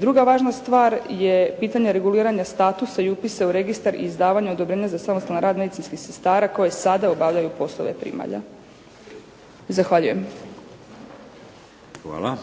druga važna stvar je pitanje reguliranja statusa i upisa u registar i izdavanja odobrenja za samostalan rad medicinskih sestara koje sada obavljaju poslove primalja. Zahvaljujem. **Šeks, Vladimir (HDZ)** Hvala.